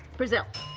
brazil.